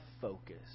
focus